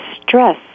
stress